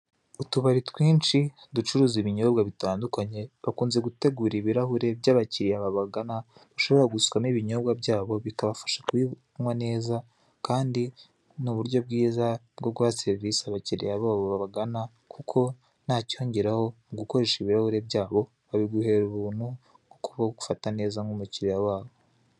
Utubari twinshi ducuruza ibinyobwa bitandukanye bakunze gutegura ibirahure by'abakiriya babagana ushobora gusukamo ibinyobwa byabo bikabafasha kubibu nywa neza kandi ni uburyo bwiza bwo guha serivisi abakiriya babo babagana kuko ntacyongeraho gukoresha ibirahure byabo babiguhera ubuntu kuko baba bagufata neza nk'umukiriya wabo.